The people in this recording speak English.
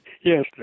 Yes